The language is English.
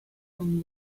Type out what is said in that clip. from